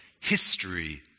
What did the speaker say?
history